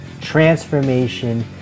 transformation